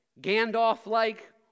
Gandalf-like